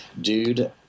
dude